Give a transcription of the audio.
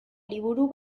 liburu